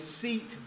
seek